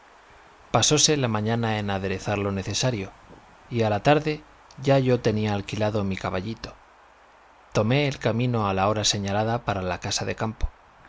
criados pasóse la mañana en aderezar lo necesario y a la tarde ya yo tenía alquilado mi caballito tomé el camino a la hora señalada para la casa del campo